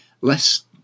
less